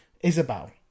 Isabel